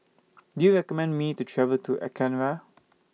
Do YOU recommend Me to travel to Ankara